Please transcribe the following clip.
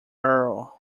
earl